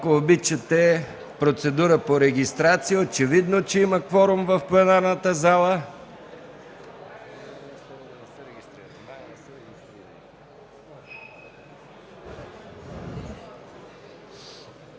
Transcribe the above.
МИКОВ: Процедура по регистрация. Очевидно е, че има кворум в пленарната зала.